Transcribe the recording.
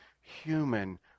human